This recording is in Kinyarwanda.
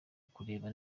kureba